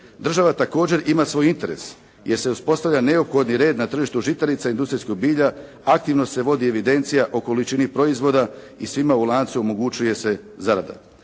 Država također ima svoj interes jer se uspostavlja neophodni red na tržištu žitarica, industrijskog bilja, aktivno se vodi evidencija o količini proizvoda i svima u lancu omogućuje se zarada.